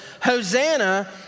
Hosanna